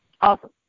Awesome